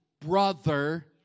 brother